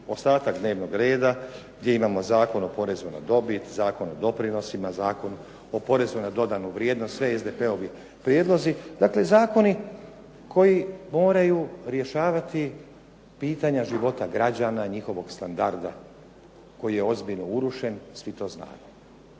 ostatak dnevnog reda gdje imamo Zakon o porezu na dobit, Zakon o doprinosima, Zakon o porezu na dodanu vrijednost, sve SDP-ovi prijedlozi. Dakle, zakoni koji moraju rješavati pitanje života građana, njihovog standarda koji je ozbiljno urušen, svi to znamo.